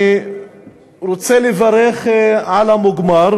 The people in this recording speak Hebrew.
אני רוצה לברך על המוגמר,